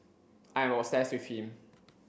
I am obsessed with him